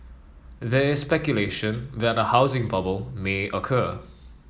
there is speculation that a housing bubble may occur